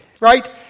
right